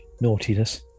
naughtiness